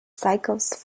cycles